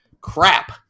crap